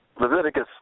Leviticus